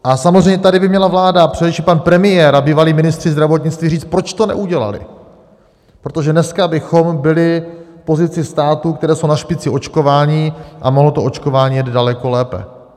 A samozřejmě tady by měla vláda, především pan premiér a bývalí ministři zdravotnictví, říct, proč to neudělali, protože dneska bychom byli v pozici států, které jsou na špici očkování, a mohlo to očkování jet daleko lépe.